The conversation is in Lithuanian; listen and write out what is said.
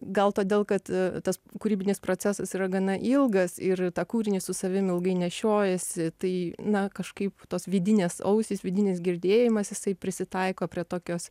gal todėl kad tas kūrybinis procesas yra gana ilgas ir tą kūrinį su savim ilgai nešiojiesi tai na kažkaip tos vidinės ausys vidinis girdėjimas jisai prisitaiko prie tokios